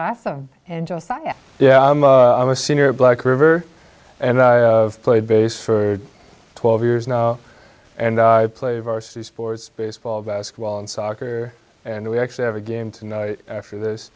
awesome and josiah yeah i was a senior black river and i played bass for twelve years now and i play varsity sports baseball basketball and soccer and we actually have a game tonight after this